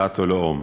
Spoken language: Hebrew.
דת או לאום.